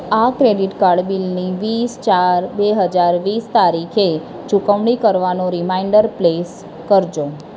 આ credit card બિલની વીસ ચાર બે હજાર વીસ તારીખે ચૂકવણી કરવાનો રીમાઈન્ડર પ્લેસ કરજો